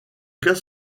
cas